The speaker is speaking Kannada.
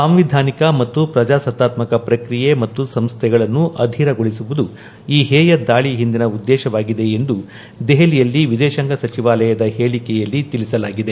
ಸಾಂವಿಧಾನಿಕ ಮತ್ತು ಪ್ರಜಾಸತ್ತಾತ್ಮಕ ಪ್ರಕ್ರಿಯೆ ಮತ್ತು ಸಂಸ್ಥೆಗಳನ್ನು ಅಧೀರಗೊಳಿಸುವುದು ಈ ಹೇಯ ದಾಳಿ ಹಿಂದಿನ ಉದ್ದೇಶವಾಗಿದೆ ಎಂದು ದೆಹಲಿಯಲ್ಲಿ ವಿದೇಶಾಂಗ ಸಚಿವಾಲಯದ ಹೇಳಿಕೆಯಲ್ಲಿ ತಿಳಿಸಲಾಗಿದೆ